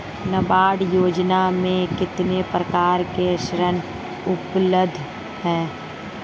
नाबार्ड योजना में कितने प्रकार के ऋण उपलब्ध हैं?